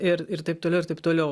ir ir taip toliau ir taip toliau